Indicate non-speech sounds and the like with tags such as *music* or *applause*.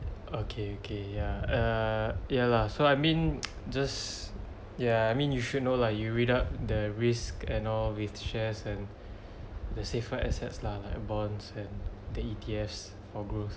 okay okay ya err ya lah so I mean *noise* just yeah I mean you should know lah you read out the risk and all with shares and the safer assets lah like bonds and the E_T_F for growth